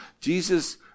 Jesus